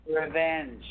revenge